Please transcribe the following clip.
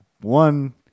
one